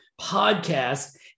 podcast